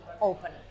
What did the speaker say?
open